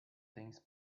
things